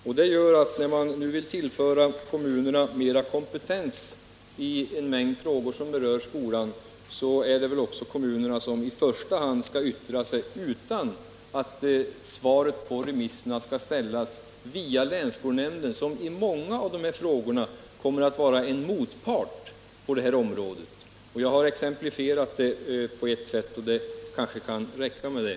Detta gör att det nu, när man vill tillföra kommunerna mer kompetens i en mängd frågor som berör skolan, är kommunerna som i första hand skall yttra sig, utan att svaret på remissen skall gå via länsskolnämnden, som i många av dessa frågor kommer att vara en motpart. Jag har exemplifierat det på ett sätt, och det kanske kan räcka med det.